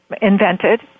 Invented